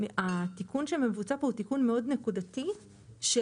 התיקון שמבוצע פה הוא תיקון מאוד נקודתי של